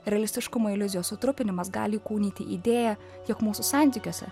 realistiškumo iliuzijos sutrupinimas gali įkūnyti idėją jog mūsų santykiuose